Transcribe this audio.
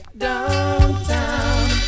Downtown